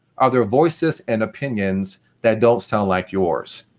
are there voices and opinions that don't sound like yours?